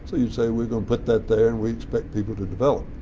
so you say we're going to put that there and we expect people to develop.